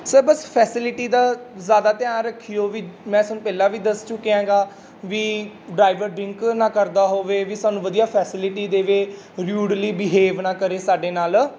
sir ਬਸ facility ਦਾ ਜ਼ਿਆਦਾ ਧਿਆਨ ਰੱਖਿਓ ਵੀ ਮੈਂ ਤੁਹਾਨੂੰ ਪਹਿਲਾਂ ਵੀ ਦੱਸ ਚੁੱਕਿਆਂ ਗਾ ਵੀ ਡਰਾਈਵਰ ਡਰਿੰਕ ਨਾ ਕਰਦਾ ਹੋਵੇ ਵੀ ਸਾਨੂੰ ਵਧੀਆ ਫੈਸਿਲਿਟੀ ਦੇਵੇ ਰੂਡਲੀ ਬਿਹੇਵ ਨਾ ਕਰੇ ਸਾਡੇ ਨਾਲ